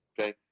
Okay